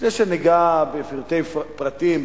לפני שניגע בפרטי פרטים,